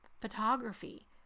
photography